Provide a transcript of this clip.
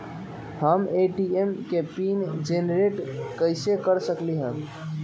हम ए.टी.एम के pin generate कईसे कर सकली ह?